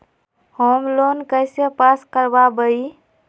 Home loan कैसे pass कर बाबई?